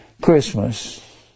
Christmas